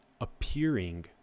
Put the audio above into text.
appearing